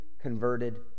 converted